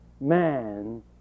Man